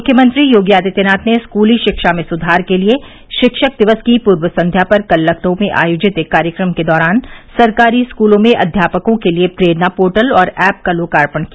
मुख्यमंत्री योगी आदित्यनाथ ने स्कूली शिक्षा में सुधार के लिये शिक्षक दिवस की पूर्व संध्या पर कल लखनऊ में आयोजित एक कार्यक्रम के दौरान सरकारी स्कूलों में अध्यापकों के लिये प्रेरणा पोर्टल और ऐप का लोकार्पण किया